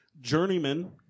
Journeyman